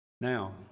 Now